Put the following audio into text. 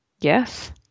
Yes